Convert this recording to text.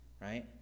Right